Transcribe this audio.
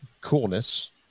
coolness